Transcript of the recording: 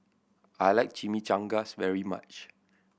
I like Chimichangas very much